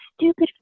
stupid